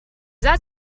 that